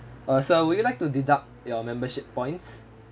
err sir would you like to deduct your membership points